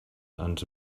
ens